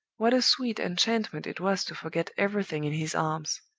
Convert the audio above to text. what a sweet enchantment it was to forget everything in his arms!